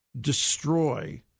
destroy